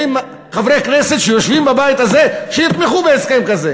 חברי כנסת שיושבים בבית הזה שיתמכו בהסכם כזה.